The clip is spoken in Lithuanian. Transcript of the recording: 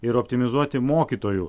ir optimizuoti mokytojų